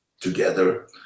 together